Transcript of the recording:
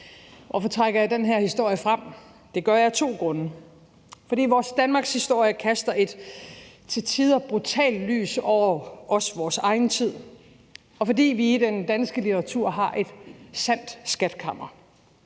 Hvorfor trækker jeg den her historie frem? Det gør jeg af to grunde: fordi vores danmarkshistorie kaster et til tider brutalt lys over også vores egen tid, og fordi vi i den danske litteratur har et sandt skatkammer.